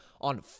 on